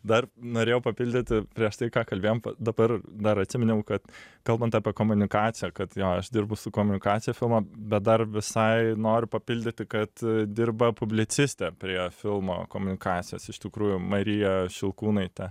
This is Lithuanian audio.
dar norėjau papildyt prieš tai ką kalbėjom dabar dar atsiminiau kad kalbant apie komunikaciją kad jo aš dirbu su komunikacija filmo bet dar visai noriu papildyti kad dirba publicistė prie filmo komunikacijos iš tikrųjų marija šilkūnaitė